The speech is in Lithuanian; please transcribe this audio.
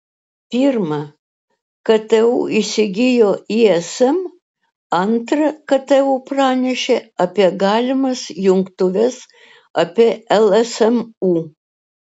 pirma ktu įsigijo ism antra ktu pranešė apie galimas jungtuves apie lsmu